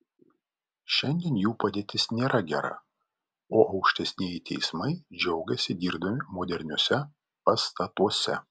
šiandien jų padėtis nėra gera o aukštesnieji teismai džiaugiasi dirbdami moderniuose pastatuose